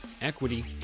equity